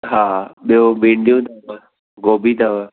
हा ॿियो भींडियूं अथव गोभी अथव